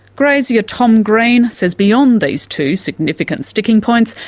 grazier tom green says beyond these two significant sticking points,